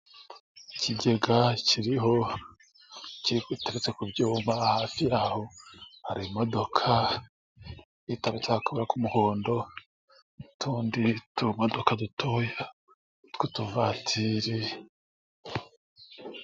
Ikigega kiriho kirihutarutse ku byuma hafi yaho hari imodoka itacyakora k'umuhondo n'utundi tumodoka dutoya tw'utuvatiri.